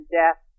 death